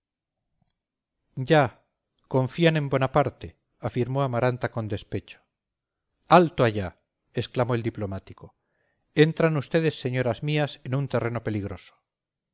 ya confían en bonaparte afirmó amaranta con despecho alto allá exclamó el diplomático entran ustedes señoras mías en un terreno peligroso